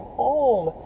home